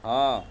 ହଁ